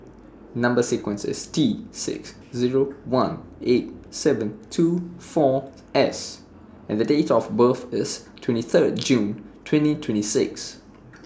Number sequence IS T six Zero one eight seven two four S and The Date of birth IS twenty Third June twenty twenty six